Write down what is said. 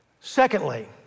Secondly